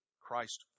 Christ